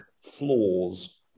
flaws